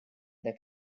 their